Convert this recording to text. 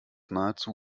nahezu